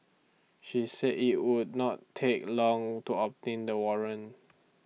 she said IT would not take long to obtain the warrant